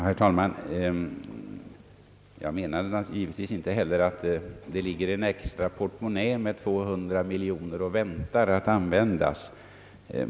Herr talman! Jag menade givetvis inte heller att det finns en extra portmonnä med 200 miljoner kronor, som ligger och väntar på att användas.